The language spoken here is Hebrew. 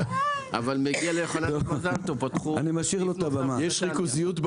מגיע ליוחננוף מזל טוב, פתחו סניף נוסף בנתניה.